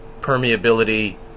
permeability